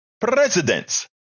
presidents